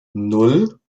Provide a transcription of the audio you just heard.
nan